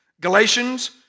Galatians